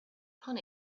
upon